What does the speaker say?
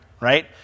right